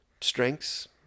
strengths